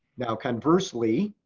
now, conversely,